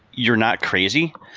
you're not crazy.